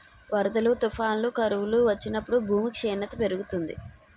వరదలు, తుఫానులు, కరువులు వచ్చినప్పుడు భూమి క్షీణత పెరుగుతుంది